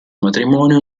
matrimonio